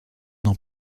n’en